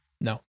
No